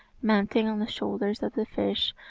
mounting on the shoulders of the fish,